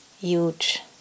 huge